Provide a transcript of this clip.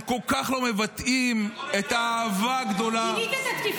הם כל כך לא מבטאים את האהבה הגדולה